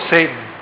Satan